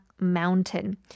Mountain